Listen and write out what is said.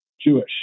Jewish